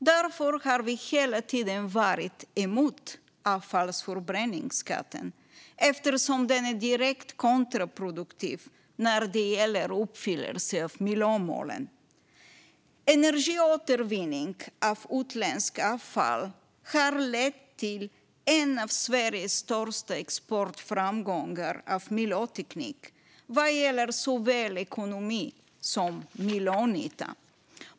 Därför har vi hela tiden varit emot avfallsförbränningsskatten, eftersom den är direkt kontraproduktiv när det gäller uppfyllelse av miljömålen. Energiåtervinning av utländskt avfall har lett till en av Sveriges största framgångar i fråga om export av miljöteknik, vad gäller såväl ekonomi som miljönytta.